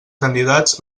candidats